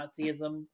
nazism